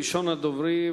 ראשון הדוברים,